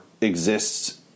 exists